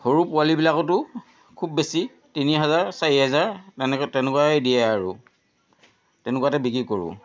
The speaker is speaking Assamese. সৰু পোৱালীবিলাকতো খুব বেছি তিনি হাজাৰ চাৰি হাজাৰ তেনেকৈ তেনেকুৱাই দিয়ে আৰু তেনেকুৱাতে বিক্ৰী কৰোঁ